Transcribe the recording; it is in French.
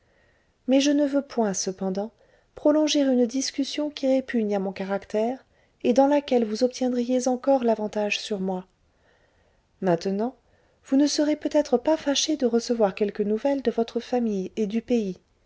mais je ne veux point cependant prolonger une discussion qui répugne à mon caractère et dans laquelle vous obtiendriez encore l'avantage sur moi maintenant vous ne serez peut-être pas fâché de recevoir quelques nouvelles de votre famille et du pays